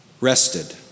rested